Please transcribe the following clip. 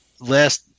last